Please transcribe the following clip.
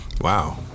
Wow